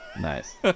Nice